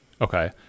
Okay